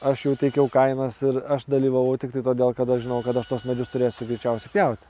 aš jau taikiau kainas ir aš dalyvavau tiktai todėl kad aš žinojau kad aš tuos medžius turėsiu greičiausiai pjauti